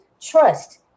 trust